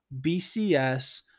BCS